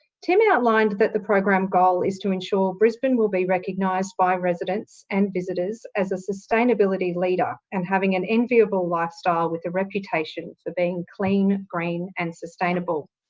tim outlined that the program goal is to ensure brisbane will be recognised by residents and visitors as a sustainability leader and having an enviable lifestyle with a reputation for being clean, green and sustainable.